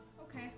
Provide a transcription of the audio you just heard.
Okay